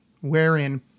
wherein